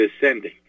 descending